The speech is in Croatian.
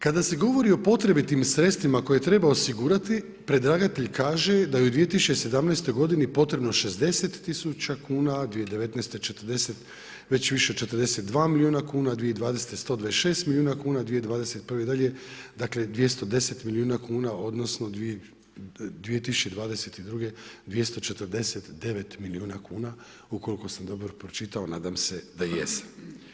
Kada se govori o potrebitim sredstvima koje treba osigurati predlagatelj kaže da je u 2017. godini potrebno 60 tisuća kuna, a 2019. već više 42 milijuna kuna, 2020. 126 milijuna, 2021. i dalje dakle 210 milijuna kuna odnosno 2022. 249 milijuna kuna ukoliko sam dobro pročitao, nadam se da jesam.